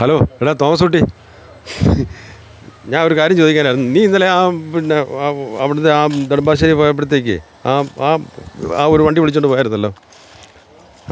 hello എടാ Thomas കുട്ടി ഞാനൊരു കാര്യം ചോദിക്കാനായിരുന്നു നീ ഇന്നലെ ആ പിന്നെ വാ അവിടുന്ന് ആ നെടുമ്പാശ്ശേരി പോഴപ്പോഴത്തേക്ക് ആ ആ ആ ഒരു വണ്ടി വിളിച്ചുകൊണ്ട് പോയായിരുന്നല്ലോ